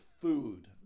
food